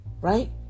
Right